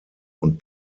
und